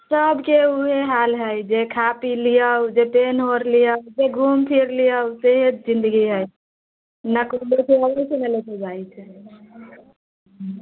सभके उहे हाल हय जे खा पी लियऽ जे पेहेन ओढ़ि लियऽ जे घुम फिर लियऽ सेहे जिन्दगी हय ने कोइ लेके आबै हय ने लेके जाइत हय